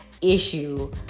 issue